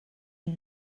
you